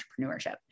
entrepreneurship